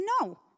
No